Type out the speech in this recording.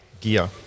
gear